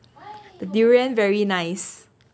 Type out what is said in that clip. the durian very nice